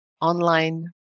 online